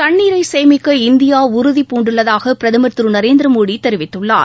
தண்ணீரை சேமிக்க இந்தியா உறுதிபூண்டுள்ளதாக பிரதமர் திரு நரேந்திர மோடி தெரிவித்துள்ளார்